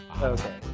Okay